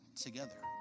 together